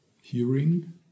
hearing